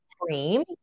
cream